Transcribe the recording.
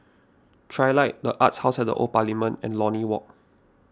Trilight the Arts House at the Old Parliament and Lornie Walk